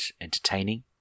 entertaining